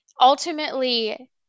ultimately